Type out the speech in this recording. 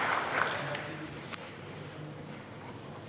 (מחיאות כפיים)